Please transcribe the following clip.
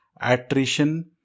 attrition